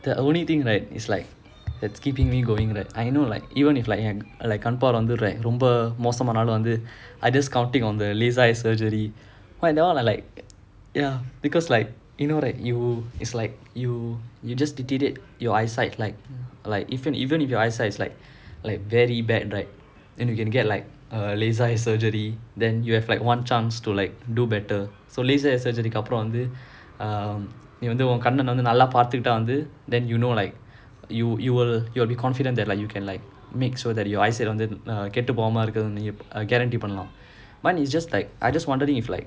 the only thing right it's like it's keeping me going right I know like even if like கண் பார்வை ரொம்ப மோசமானாலும்:kann paarvai romba mosamaanalum I just counting on the laser eye surgery why that [one] I like ya because like you know right you it's like you you just deteriorate your eyesight like like even even if your eyesight is like like very bad right then you can get like a laser eye surgery then you have like one chance to like do better so laser surgery அப்புறம் வந்து நீ வந்து உன் கண்ணே நல்லா பாத்துகிட்டே வந்து:appuram vanthu nee vanthu un kannae nalla paathukita vanthu um then you know like you you will you will be confident that you can like your eyesight கேட்டு போகாம இருக்குறதுக்கு:kettu pogaama irukkurathukku gaurantee பண்ணலாம்:pannalaam mine is just like I was just wondering